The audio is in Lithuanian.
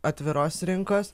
atviros rinkos